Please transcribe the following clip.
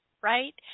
right